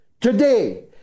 today